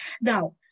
Now